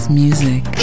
music